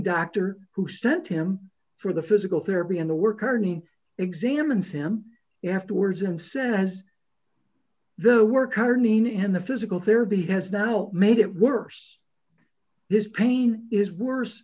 doctor who sent him for the physical therapy in the work arnie examines him afterwards and says the worker nein and the physical therapy has now made it worse this pain is worse